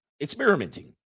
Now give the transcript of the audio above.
experimenting